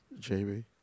JB